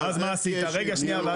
אז מה עשית רגע שנייה ואז מה עשית?